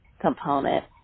component